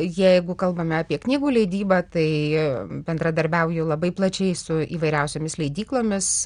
jeigu kalbame apie knygų leidybą tai bendradarbiauju labai plačiai su įvairiausiomis leidyklomis